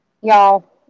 y'all